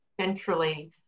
centrally